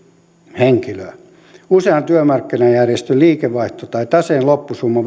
henkilöä usean työmarkkinajärjestön liikevaihto tai taseen loppusumma